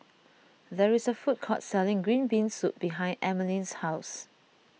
there is a food court selling Green Bean Soup behind Emaline's house